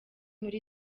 muri